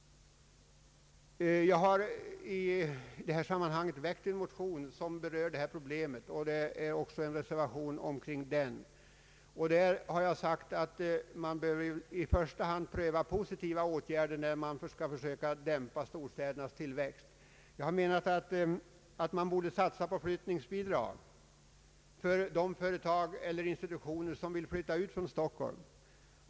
Jag har väckt en motion där detta problem berörs, och den motionen ligger också till grund för en reservation. I motionen har anförts att man i första hand bör pröva positiva åtgärder när man skall dämpa storstadsområdenas tillväxt. Jag anser att man bör överväga möjligheten att införa flyttningsbidrag till företag eller institutioner som vill flytta från Stockholm.